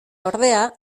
ordea